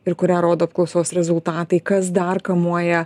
ir kurią rodo apklausos rezultatai kas dar kamuoja